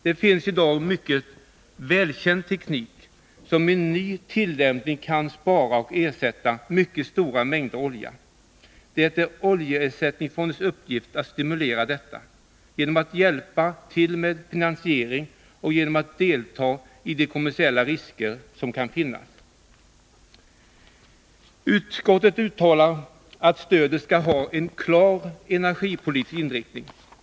Det finns i dag mycket välkänd teknik som i ny tillämpning kan spara och ersätta mycket stora mängder olja. Det är oljeersättningsfondens uppgift att stimulera detta, genom att hjälpa till med finansieringen och genom att delta i de kommersiella risker som kan finnas. Utskottet uttalar att stödet skall ha en klar energipolitisk inriktning.